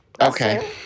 Okay